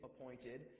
appointed